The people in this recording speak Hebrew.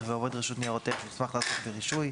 ועובד רשות ניירות ערך שהוסמך לעסוק ברישוי